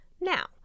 Now